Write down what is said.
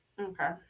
okay